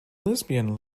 lesbian